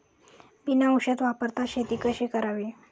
बिना औषध वापरता शेती कशी करावी?